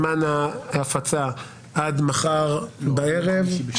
זמן ההפצה עד מחר בערב.